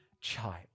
child